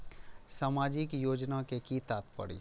सामाजिक योजना के कि तात्पर्य?